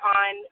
on